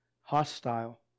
Hostile